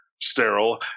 sterile